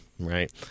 Right